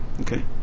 okay